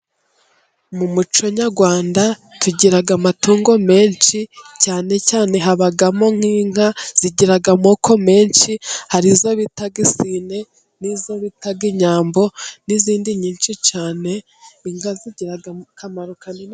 Mu muco nyarwanda tugira amatungo menshi. Cyane cyane habamo nk'inka zigira amoko menshi. Hari izo bita isine, n'izo bita inyambo, n'izindi nyinshi cyane. Inka zigira akamaro kanini.